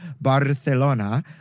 Barcelona